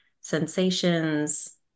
sensations